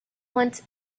want